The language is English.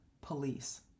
police